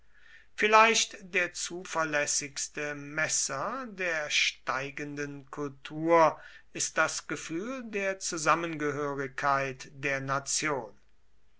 vielleicht der zuverlässigste messer der steigenden kultur ist das gefühl der zusammengehörigkeit der nation